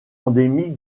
endémique